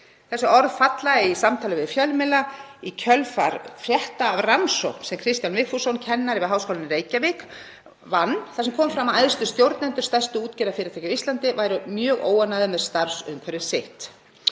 Þessi orð falla í samtali við fjölmiðla í kjölfar frétta af rannsókn sem Kristján Vigfússon, kennari við Háskólann í Reykjavík, vann þar sem kom fram að æðstu stjórnendur stærstu útgerðarfyrirtækja á Íslandi væru mjög óánægðir með starfsumhverfi sitt.